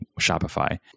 shopify